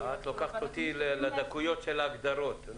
--- את לוקחת אותי לדקויות של ההגדרות.